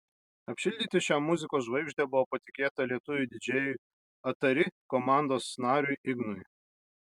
apšildyti šią muzikos žvaigždę buvo patikėta lietuviui didžėjui atari komandos nariui ignui